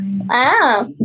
Wow